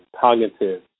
cognitive